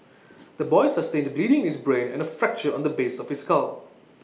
the boy sustained bleeding in his brain and A fracture on the base of his skull